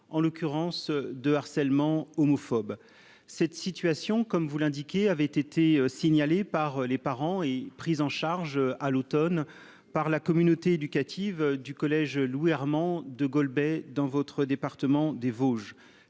en l'occurrence de harcèlement homophobe. Cette situation, comme vous l'indiquez, avait été signalée par les parents et prise en charge à l'automne par la communauté éducative du collège Louis-Armand de Golbey, dans votre département des Vosges.